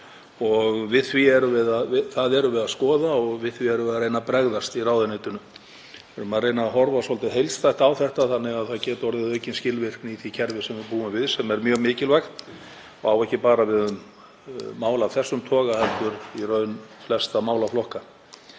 fyrir. Það erum við að skoða og við því erum við að reyna að bregðast í ráðuneytinu. Við erum að reyna að horfa svolítið heildstætt á þetta þannig að það geti orðið aukin skilvirkni í því kerfi sem við búum við, sem er mjög mikilvægt og á ekki bara við um mál af þessum toga heldur í raun flesta málaflokka.